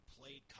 played